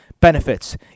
benefits